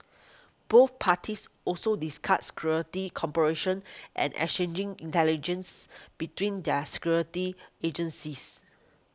both parties also discussed security cooperation and exchanging intelligence between their security agencies